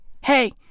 hey